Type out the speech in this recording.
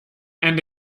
and